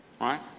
right